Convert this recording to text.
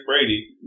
Brady